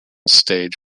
stage